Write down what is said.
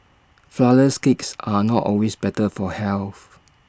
Flourless Cakes are not always better for health